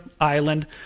island